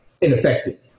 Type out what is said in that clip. ineffective